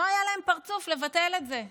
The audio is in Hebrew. לא היה להם פרצוף לבטל את זה,